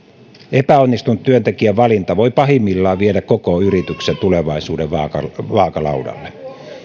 epäonnistunut työntekijän valinta voi pahimmillaan viedä koko yrityksen tulevaisuuden vaakalaudalle vaakalaudalle